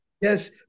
Yes